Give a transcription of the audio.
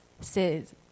says